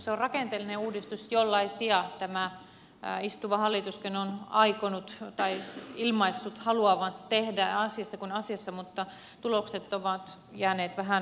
se on rakenteellinen uudistus jollaisia tämä istuva hallituskin on ilmaissut haluavansa tehdä asiassa kuin asiassa mutta tulokset ovat jääneet vähän laihanpuoleisiksi